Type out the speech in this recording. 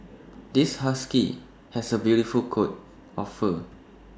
this husky has A beautiful coat of fur